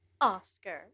Oscar